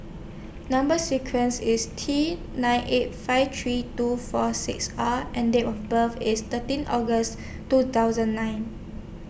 Number sequence IS T nine eight five three two four six R and Date of birth IS thirteen August two thousand nine